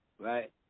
right